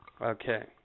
Okay